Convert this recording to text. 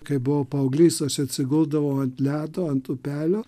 kai buvau paauglys aš atsiguldavau ant ledo ant upelio